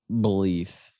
belief